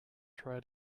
try